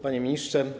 Panie Ministrze!